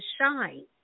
shine